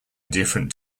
different